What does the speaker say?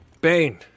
Bane